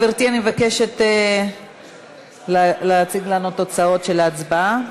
גברתי, אני מבקשת להציג לנו את התוצאות של ההצבעה.